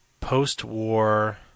post-war